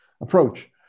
approach